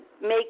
make